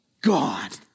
God